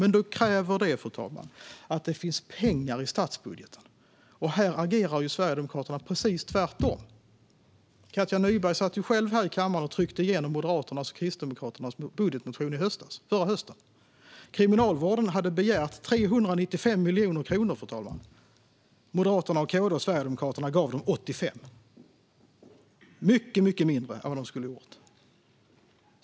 Men det kräver, fru ålderspresident, att det finns pengar i statsbudgeten. Här agerar Sverigedemokraterna precis tvärtom. Katja Nyberg satt själv här i kammaren och tryckte igenom Moderaternas och Kristdemokraternas budgetmotion i höstas. Kriminalvården hade begärt 395 miljoner kronor, fru ålderspresident. Moderaterna, KD och Sverigedemokraterna gav dem 85 miljoner - mycket mindre än vad de skulle ha gjort.